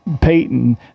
peyton